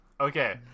Okay